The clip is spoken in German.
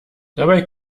dabei